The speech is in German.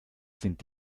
sind